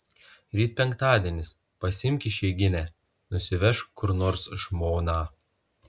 ryt penktadienis pasiimk išeiginę nusivežk kur nors žmoną